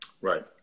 Right